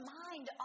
mind